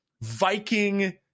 Viking